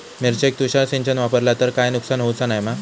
मिरचेक तुषार सिंचन वापरला तर काय नुकसान होऊचा नाय मा?